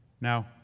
Now